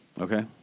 Okay